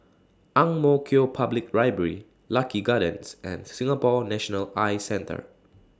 Ang Mo Kio Public Library Lucky Gardens and Singapore National Eye Centre